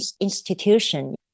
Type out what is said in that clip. Institution